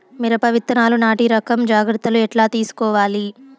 మిరప విత్తనాలు నాటి రకం జాగ్రత్తలు ఎట్లా తీసుకోవాలి?